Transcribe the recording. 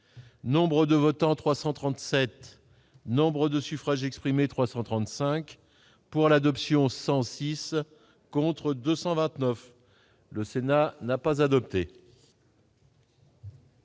Nombre de votants : 337 Nombre de suffrages exprimés 335 pour l'adoption 106 contre 229 le Sénat n'a pas adopté.